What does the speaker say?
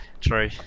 True